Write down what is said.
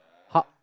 park